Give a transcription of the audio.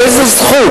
באיזה זכות?